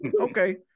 okay